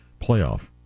playoff